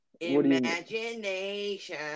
Imagination